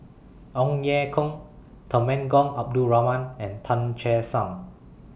Ong Ye Kung Temenggong Abdul Rahman and Tan Che Sang